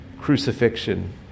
crucifixion